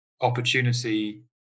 opportunity